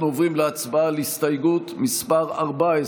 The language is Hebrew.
אנחנו עוברים להצבעה על הסתייגות מס' 14,